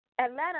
Atlanta